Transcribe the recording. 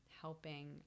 helping